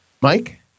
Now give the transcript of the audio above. Mike